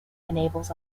enables